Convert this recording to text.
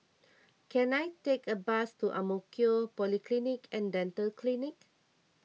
can I take a bus to Ang Mo Kio Polyclinic and Dental Clinic